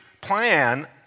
plan